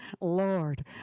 Lord